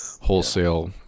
wholesale